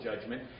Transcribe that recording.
judgment